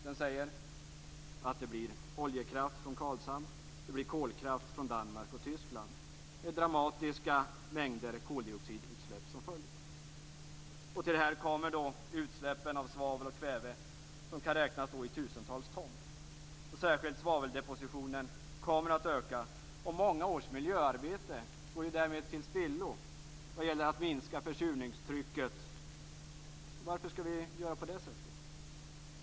Den säger att det blir oljekraft från Karlshamn och kolkraft från Danmark och Tyskland med dramatiska mängder koldioxidutsläpp som följd. Till detta kommer utsläpp av svavel och kväve som kan räknas i tusentals ton. Särskilt svaveldepositionen kommer att öka. Många års miljöarbete går därmed till spillo vad gäller att minska försurningstrycket. Varför skall vi göra på det sättet?